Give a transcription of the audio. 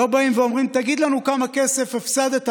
לא באים ואומרים: תגיד לנו כמה כסף הפסדת,